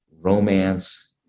romance